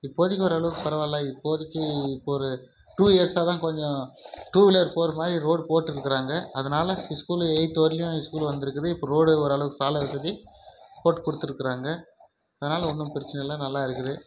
இப்போதிக்கு ஓரளவுக்கு பரவாயில்ல இப்போதிக்கு இப்போ ஒரு டூ இயர்ஸாக தான் கொஞ்சம் டூவீலர் போகிற மாதிரி ரோடு போட்டுட்ருக்குறாங்க அதனால் ஸ்கூலு எயித்து வரையிலும் ஸ்கூலு வந்துருக்குது இப்போ ரோடு ஓரளவுக்கு சாலை வசதி போட்டுக் கொடுத்துருக்குறாங்க அதனால் ஒன்றும் பிரச்சனை இல்லை நல்லா இருக்குது